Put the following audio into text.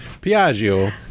piaggio